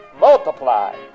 Multiply